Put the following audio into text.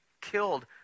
killed